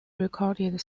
recorded